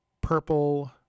purple